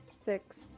Six